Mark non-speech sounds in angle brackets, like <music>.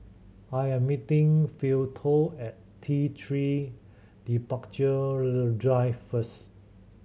I am meeting Philo at T Three Departure <unintelligible> Drive first